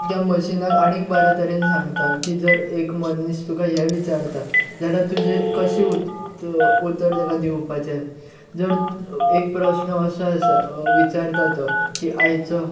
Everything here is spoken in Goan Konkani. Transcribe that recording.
त्या मशिनांक आनीग बऱ्या तरेन सांगता की जर एक मनीस तुका हें विचारता जाल्यार तुजें कशें उत उतर तेका दिवपाचें जर एक प्रस्न असो आसा विचारता तो की आयचो